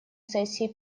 сессии